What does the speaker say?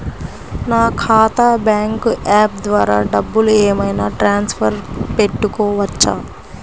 నా ఖాతా bank app ద్వారా డబ్బులు ఏమైనా ట్రాన్స్ఫర్ పెట్టుకోవచ్చా?